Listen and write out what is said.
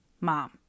mom